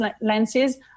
lenses